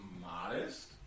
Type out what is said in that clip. modest